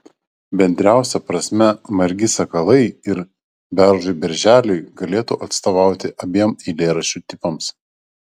bendriausia prasme margi sakalai ir beržui berželiui galėtų atstovauti abiem eilėraščių tipams